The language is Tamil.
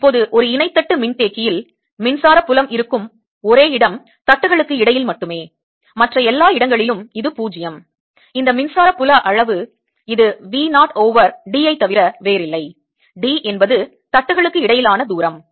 இப்போது ஒரு இணை தட்டு மின்தேக்கியில் மின்சார புலம் இருக்கும் ஒரே இடம் தட்டுகளுக்கு இடையில் மட்டுமே மற்ற எல்லா இடங்களிலும் இது 0 இந்த மின்சார புல அளவு இது V 0 ஓவர் d ஐத் தவிர வேறில்லை d என்பது தட்டுகளுக்கு இடையிலான தூரம்